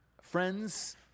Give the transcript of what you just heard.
Friends